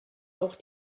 auch